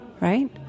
right